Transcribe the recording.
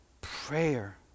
Prayer